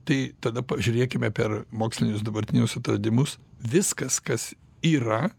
tai tada pažiūrėkime per mokslinius dabartinius atradimus viskas kas yra